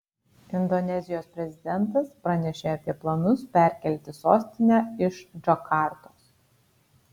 indonezijos prezidentas pranešė apie planus perkelti sostinę iš džakartos